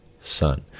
son